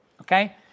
Okay